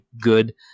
good